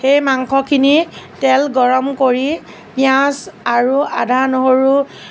সেই মাংসখিনি তেল গৰম কৰি পিঁয়াজ আৰু আদা নহৰুৰ